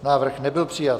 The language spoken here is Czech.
Návrh nebyl přijat.